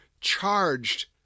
charged